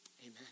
Amen